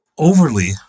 overly